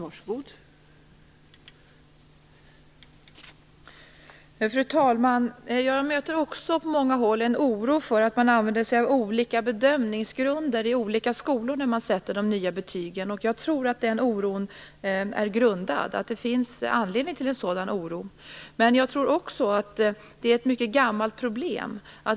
Fru talman! Jag möter också på många håll en oro för att man använder sig av olika bedömningsgrunder i olika skolor när man sätter de nya betygen. Och jag tror att det finns skäl för en sådan oro. Men jag tror också att det är ett mycket gammalt problem.